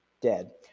dead